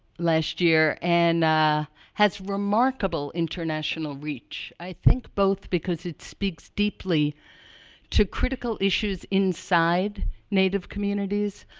last year, and has remarkable international reach. i think both because it speaks deeply to critical issues inside native communities,